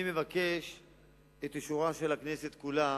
אני מבקש את אישורה של הכנסת כולה